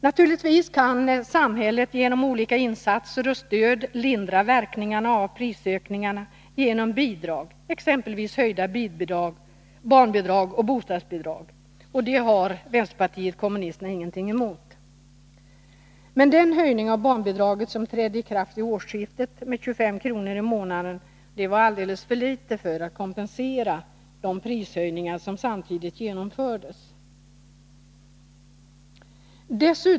Naturligtvis kan samhället genom olika insatser och stöd lindra verkningarna av prisökningarna, exempelvis genom höjda barnbidrag och bostadsbidrag. Det har vpk ingenting emot. Men den höjning av barnbidraget som trädde i kraft vid årsskiftet, med 25 kr. i månaden, var alldeles för liten för att kompensera de prishöjningar som samtidigt genomfördes.